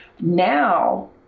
Now